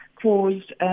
caused